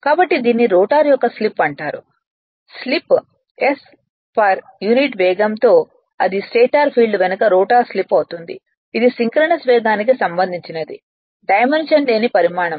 కాబట్టి దీనిని రోటర్ యొక్క స్లిప్ అంటారు స్లిప్ s పర్ యూనిట్ వేగం ఇది స్టేటర్ ఫీల్డ్ వెనుక రోటర్ స్లిప్ అవుతుంది ఇది సింక్రోనస్ వేగానికి సంబంధించినది డైమెన్షన్ లేని పరిమాణం